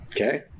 Okay